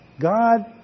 God